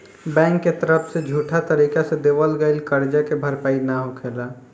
bank के तरफ से झूठा तरीका से देवल गईल करजा के भरपाई ना होखेला